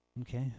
Okay